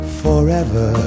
forever